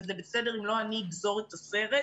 וזה בסדר אם לא אני אגזור את הסרט,